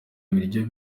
ibiryo